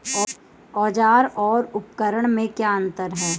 औज़ार और उपकरण में क्या अंतर है?